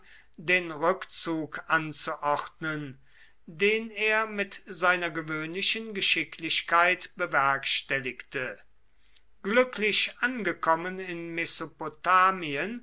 den rückzug anzuordnen den er mit seiner gewöhnlichen geschicklichkeit bewerkstelligte glücklich angekommen in